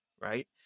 Right